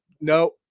No